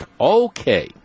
Okay